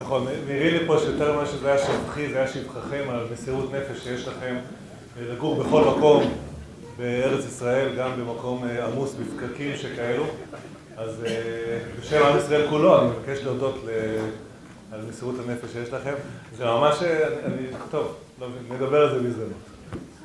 נראה לי פה שיותר ממה שזה היה שבחי, זה היה שבחכים על מסירות נפש שיש לכם ולגור בכל מקום בארץ ישראל, גם במקום עמוס בפקקים שכאלו אז בשם עם ישראל כולו, אני מבקש להודות על מסירות הנפש שיש לכם זה ממש... טוב, נדבר על זה בהזדמנות